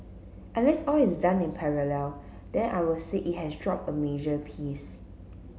unless all is done in parallel then I will say it has dropped a major piece